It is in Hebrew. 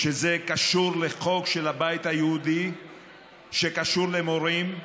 כשזה קשור לחוק של הבית היהודי שקשור למורים,